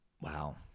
Wow